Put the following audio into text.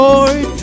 Lord